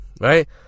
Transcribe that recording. right